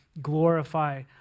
glorify